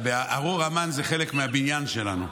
ו"ארור המן" זה חלק מהבניין שלנו.